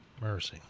Mercy